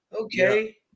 Okay